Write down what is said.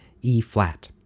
E-flat